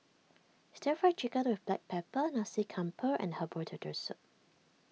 Stir Fried Chicken with Black Pepper Nasi Campur and Herbal Turtle Soup